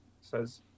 Says